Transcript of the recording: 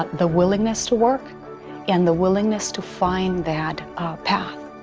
the willingness to work and the willingness to find that path.